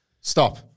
Stop